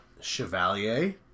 Chevalier